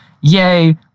yay